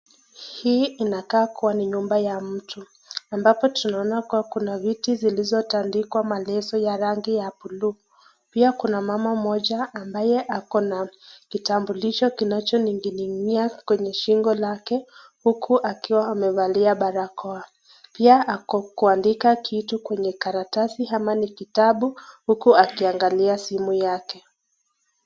Hii inakaa kuwa ni nyumba ya mtu, ambapo tunaona kuwa kuna viti zilizo taandikwa na leso ya rangi ya blue . Pia kuna mama moja ambaye ako na kitambulisho kinacho ningininia shingo lake, huku akiwa amevalia barakoa. Pia ako kwa kubandika kitu kwenye karatasi ama ni kitabu, huku akiangalia simu yake.